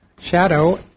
Shadow